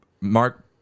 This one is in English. Mark